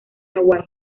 hawái